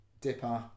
dipper